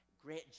grant